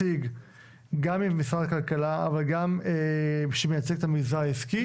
גם ממשרד הכלכלה, אבל גם שמייצג את המגזר העסקי.